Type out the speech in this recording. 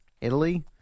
Italy